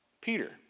Peter